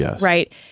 right